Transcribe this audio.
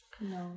no